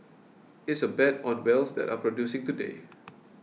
it's a bet on wells that are producing today